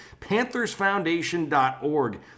Panthersfoundation.org